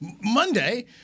Monday